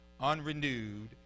unrenewed